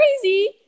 crazy